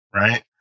Right